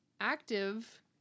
active